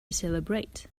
celebrate